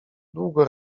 długo